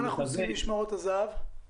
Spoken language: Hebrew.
מה אנחנו עושים עם משמרות הזה"ב?